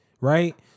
right